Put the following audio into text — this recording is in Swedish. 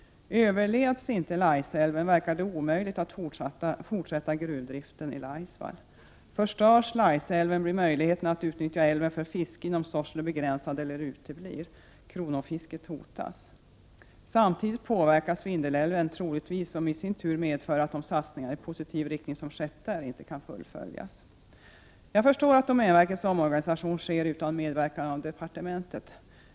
Överleds inte Laisälven verkar det omöjligt att fortsätta gruvdriften i Laisvall. Förstörs Laisälven blir möjligheterna att utnyttja älven för fiske inom Sorsele begränsade eller obefintliga. Kronofisket hotas. Samtidigt påverkas troligtvis Vindelälven, vilket i sin tur medför att de satsningar i positiv riktning som skett där inte kan fullföljas. Jag förstår att domänverkets omorganisation sker utan medverkan av departementet.